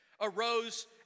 arose